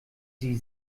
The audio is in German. sie